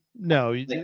No